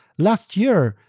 last year,